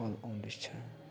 call आउँदैछ